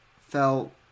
felt